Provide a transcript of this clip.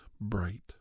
bright